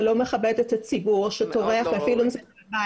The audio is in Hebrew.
זה לא מכבד את הציבור שטורח בבית.